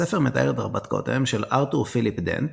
הספר מתאר את הרפתקאותיהם של ארתור פיליפ דנט,